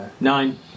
Nine